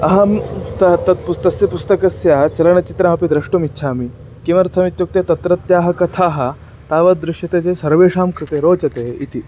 अहं त तत् पुस्तकस्य पुस्तकस्य चलनचित्रमपि द्रष्टुमिच्छामि किमर्थम् इत्युक्ते तत्रत्याः कथाः तावद् दृश्यते चेत् सर्वेषां कृते रोचते इति